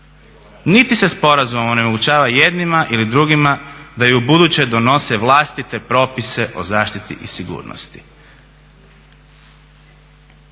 Niti se sporazumom onemogućava jednima ili drugima da i ubuduće donose vlastite propise o zaštiti i sigurnosti.